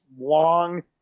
long